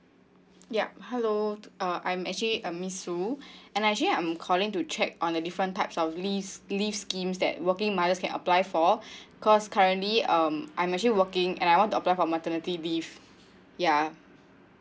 yup hello uh I'm actually uh miss sue and I actually I'm calling to check on the different types of leaves leave schemes that working mothers can apply for because currently um I'm actually working and I want to apply for maternity leave ya